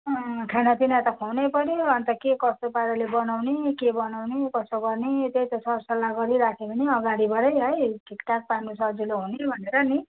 अँ खानापिना त खुवाउनै पऱ्यो अन्त के कसो पाराले बनाउने के बनाउने कसो गर्ने त्यही त सरसल्लाह गरिराख्यो भने अगाडिबाटै है ठिकठाक पार्नु सजिलो हुने भनेर नि